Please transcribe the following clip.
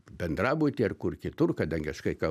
bendrabuty ar kur kitur kadangi aš kai ką